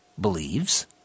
believes